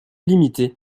limité